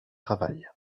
travail